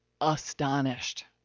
astonished